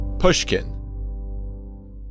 pushkin